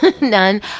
None